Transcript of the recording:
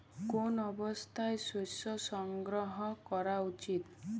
কোন অবস্থায় শস্য সংগ্রহ করা উচিৎ?